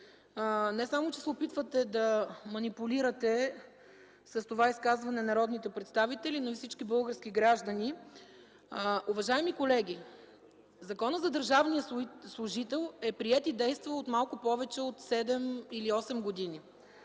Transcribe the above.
Не само че се опитвате да манипулирате с това изказване народните представители, но и всички български граждани. Уважаеми колеги, Законът за държавния служител е приет и действа от малко повече от седем или осем години.